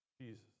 Jesus